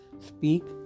Speak